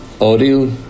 audio